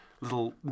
little